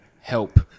help